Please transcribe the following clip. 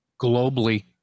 globally